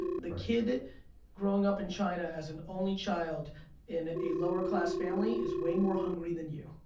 the kid growing up in china as an only child in a lower class family, is way more hungry than you.